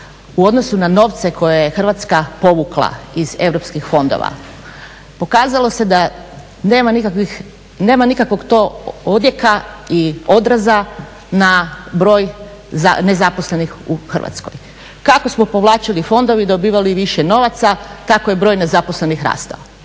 u odnosu na novce koje je Hrvatska povukla iz europskih fondova pokazalo se da nema nikakvog to odjeka i odraza na broj nezaposlenih u Hrvatskoj. Kako smo povlačili fondove i dobivali više novaca tako je broj nezaposlenih rastao.